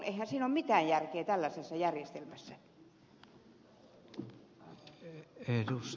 eihän siinä ole mitään järkeä tällaisessa järjestelmässä